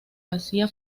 hacía